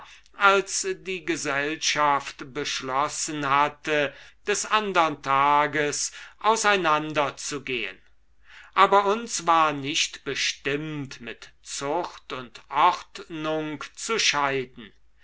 als die gesellschaft beschlossen hatte des andern tages auseinanderzugehen aber uns war nicht bestimmt mit zucht und ordnung zu scheiden